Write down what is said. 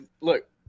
Look